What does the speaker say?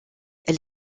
elle